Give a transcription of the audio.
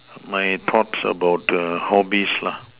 my thoughts about the hobbies lah